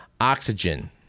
oxygen